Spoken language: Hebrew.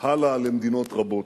הלאה למדינות רבות.